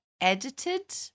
edited